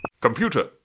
Computer